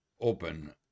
open